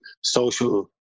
social